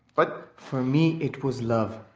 but for me, it was love.